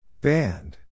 Band